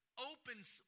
opens